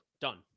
done